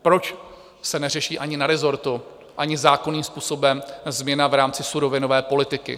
Proč se neřeší ani na resortu, ani zákonným způsobem změna v rámci surovinové politiky?